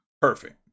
perfect